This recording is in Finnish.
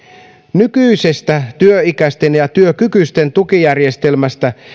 nykyisestä työikäisten ja työkykyisten tukijärjestelmästä